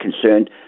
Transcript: concerned